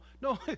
no